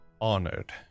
honored